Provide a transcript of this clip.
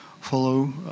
follow